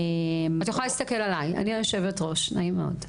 את יכולה להסתכל עליי, אני היושבת-ראש, נעים מאוד.